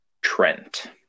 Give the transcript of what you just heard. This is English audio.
Trent